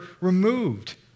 removed